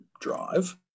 drive